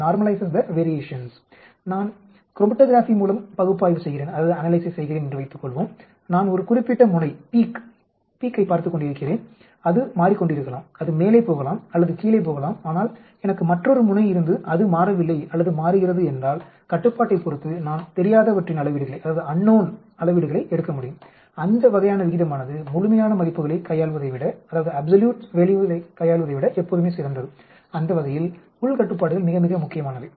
நான் குரோமடோகிராஃபி மூலம் பகுப்பாய்வு செய்கிறேன் என்று வைத்துக்கொள்வோம் நான் ஒரு குறிப்பிட்ட முனையைப் பார்த்துக் கொண்டிருக்கிறேன் அது மாறிக்கொண்டிருக்கலாம் அது மேலே போகலாம் அல்லது கீழே போகலாம் ஆனால் எனக்கு மற்றொரு முனை இருந்து அது மாறவில்லை அல்லது மாறுகிறது என்றால் கட்டுப்பாட்டைப் பொறுத்து நான் தெரியாதவற்றின் அளவீடுகளை எடுக்க முடியும் அந்த வகையான விகிதமானது முழுமையான மதிப்புகளைக் கையாள்வதை விட எப்போதுமே சிறந்தது அந்த வகையில் உள் கட்டுப்பாடுகள் மிக மிக முக்கியமானவை